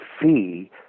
fee